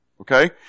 Okay